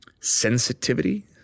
sensitivity